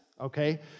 okay